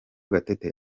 gatete